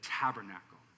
tabernacle